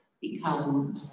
become